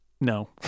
no